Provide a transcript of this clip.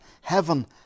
Heaven